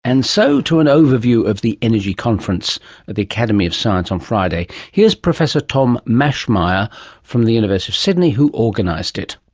and so to an overview of the energy conference at the academy of science on friday. here's professor tom maschmeyer from the university of sydney who organised it.